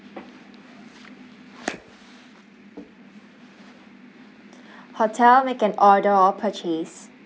hotel make an order or purchase